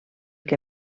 que